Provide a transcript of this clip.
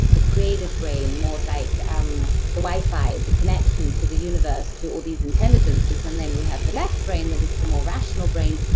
the creative brain more like um the wi-fi, the connection to the universe, to all these intelligences. and then we have the left brain that is the more rational brain,